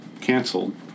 canceled